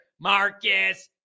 Marcus